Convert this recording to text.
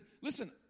listen